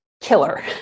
killer